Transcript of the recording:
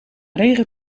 regen